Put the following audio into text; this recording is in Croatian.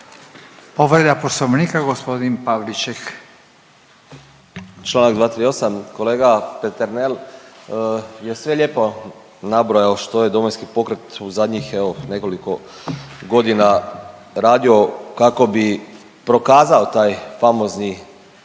(Hrvatski suverenisti)** Čl. 238. Kolega Peternel je sve lijepo nabrojao što je Domovinski pokret, u zadnjih, evo, nekoliko godina radio kako bi prokazao taj famozni